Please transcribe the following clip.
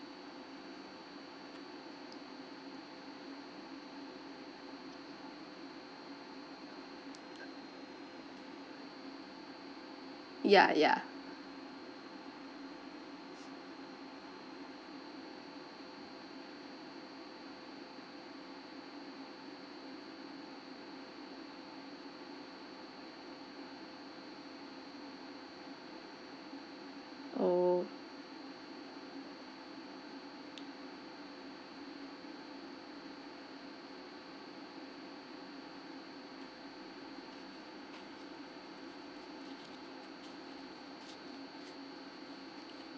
ya ya oh